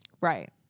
Right